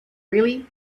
really